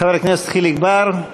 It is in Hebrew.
חבר הכנסת חיליק בר,